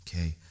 Okay